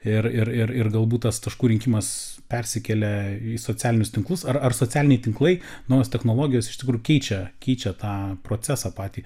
ir ir ir ir galbūt tas taškų rinkimas persikelia į socialinius tinklus ar ar socialiniai tinklai naujos technologijos iš tikrųjų keičia keičia tą procesą patį